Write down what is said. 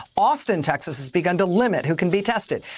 austin, texas has begun to limit who can be tested.